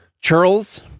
Charles